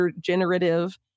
generative